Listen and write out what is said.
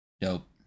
Dope